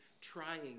trying